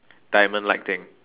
diamond like thing